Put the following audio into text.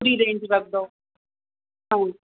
घणी रेंज रखंदा ऐं